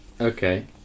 Okay